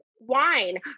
wine